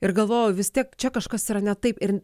ir galvojau vis tiek čia kažkas yra ne taip ir